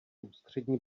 ústřední